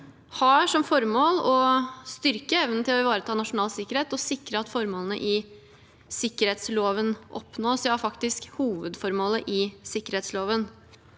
har som formål å styrke evnen til å ivareta nasjonal sikkerhet og sikre at formålene i sikkerhetsloven oppnås – ja, faktisk hovedformålet i sikkerhetsloven.